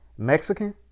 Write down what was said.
Mexican